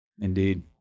indeed